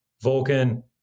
Vulcan